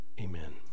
Amen